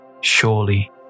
Surely